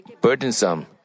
burdensome